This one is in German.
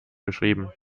beschrieben